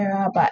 era but